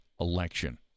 election